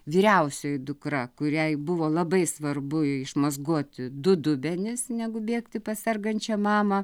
vyriausioji dukra kuriai buvo labai svarbu išmazgoti du dubenis negu bėgti pas sergančią mamą